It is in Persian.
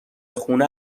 خونه